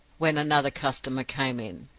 when another customer came in.